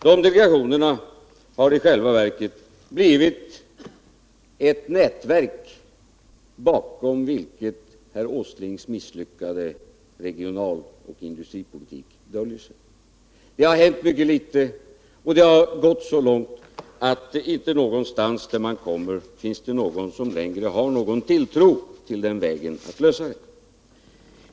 Dessa delegationer har i själva verket blivit ett nätverk, bakom vilket herr Åslings misslyckade regionaloch industripolitik döljer sig. Det har hänt mycket litet, och det har gått så långt att det inte någonstans finns någon som har tilltro till detta sätt att lösa problemen.